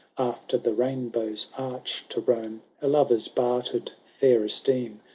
after the rainbow's arch to roam, her lovers bartered feir esteem.